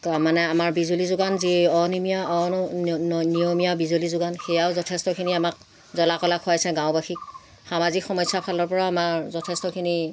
তাৰ মানে আমাৰ বিজুলী যোগান যি অনিমীয়া অনিয়মীয়া বিজুলী যোগান সেয়াও যথেষ্টখিনি আমাক জ্বলাকলা খুৱাইছে গাঁওবাসীক সামাজিক সমস্যাৰ ফালৰ পৰাও আমাৰ যথেষ্টখিনি